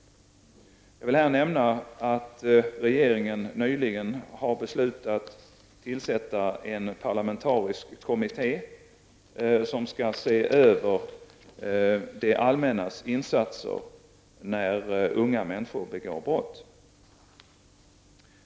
Jag vill här nämna att regeringen nyligen har beslutat tillsätta en parlamentarisk kommitté som skall se över det allmännas insatser när unga människor begår brott.